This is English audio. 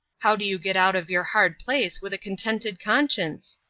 how do you get out of your hard place with a content conscience?